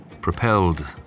Propelled